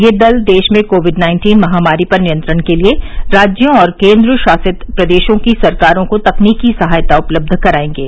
ये दल देश में कोविड नाइन्टीन महामारी पर नियंत्रण के लिए राज्यों और केन्द्रशासित प्रदेशों की सरकारों को तकनीकी सहायता उपलब्ध कराएंगे